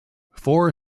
four